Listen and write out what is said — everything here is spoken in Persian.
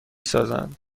سازند